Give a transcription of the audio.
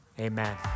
Amen